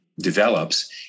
develops